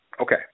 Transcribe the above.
Okay